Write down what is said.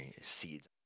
seeds